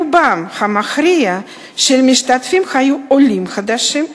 רובם המכריע של המשתתפים היו עולים חדשים,